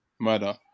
murder